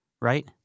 right